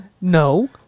No